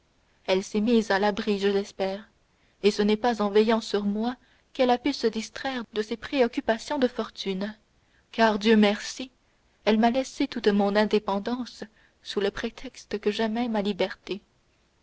elle s'est mise à l'abri je l'espère et ce n'est pas en veillant sur moi qu'elle a pu se distraire de ses préoccupations de fortune car dieu merci elle m'a laissé toute mon indépendance sous le prétexte que j'aimais ma liberté